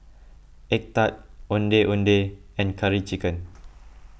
Egg Tart Ondeh Ondeh and Curry Chicken